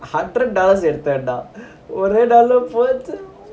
hundred dollars எடுத்தேன்டாஒருடாலர்போச்சே:eduthenda oru dalar poiche